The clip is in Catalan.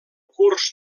curs